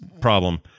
problem